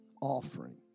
offering